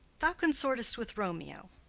thou consortest with romeo.